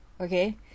okay